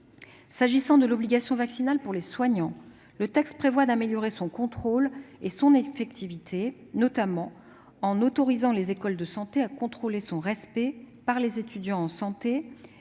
qui concerne l'obligation vaccinale pour les soignants, le texte prévoit d'améliorer son contrôle et son effectivité, notamment en autorisant les écoles de santé à contrôler son respect par les étudiants en santé, et